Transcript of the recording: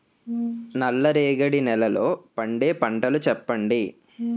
నల్ల రేగడి నెలలో పండే పంటలు చెప్పండి?